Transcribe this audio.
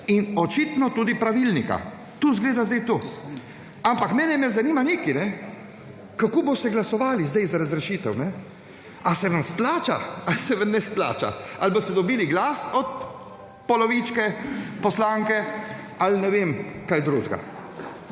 In očitno tudi pravilnika. To sedaj izgleda sedaj to. Ampak mene zanima nekaj, kako boste glasovali sedaj za razrešitev? Ali se vam splača ali se vam ne splača? Ali boste dobili glas od polovičke poslanke ali, ne vem, kaj drugega?